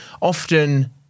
often